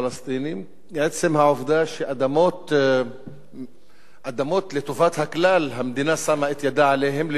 עצם העובדה שאדמות לטובת הכלל המדינה שמה את ידה עליהן לטובת המתנחלים,